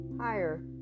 higher